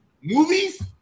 movies